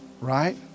Right